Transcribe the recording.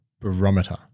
barometer